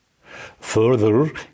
Further